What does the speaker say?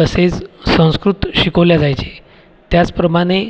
तसेच संस्कृत शिकवले जायचे त्याचप्रमाणे